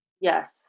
Yes